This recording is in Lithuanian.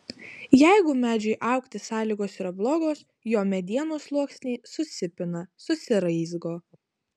jeigu medžiui augti sąlygos yra blogos jo medienos sluoksniai susipina susiraizgo